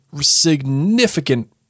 significant